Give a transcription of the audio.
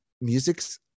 music's